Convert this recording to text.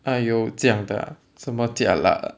!aiyo! 这样的啊这么 jialat 的啊